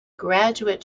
graduate